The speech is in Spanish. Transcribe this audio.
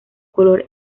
color